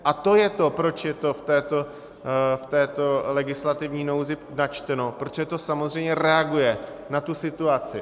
A to je to, proč je to v této legislativní nouzi načteno, protože to samozřejmě reaguje na tu situaci.